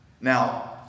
Now